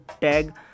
tag